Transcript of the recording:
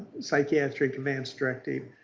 psychiatric advance directive?